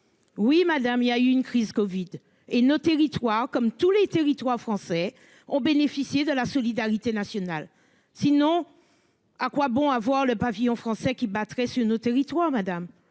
Oui madame. Il y a eu une crise Covid et nos territoires comme tous les territoires français ont bénéficié de la solidarité nationale sinon. À quoi bon avoir le pavillon français qui battrait sur nos territoires. Madame,